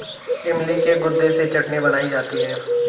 इमली के गुदे से चटनी बनाई जाती है